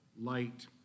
light